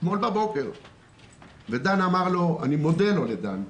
אני מודה לדן,